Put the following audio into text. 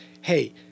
Hey